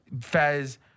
Fez